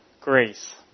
grace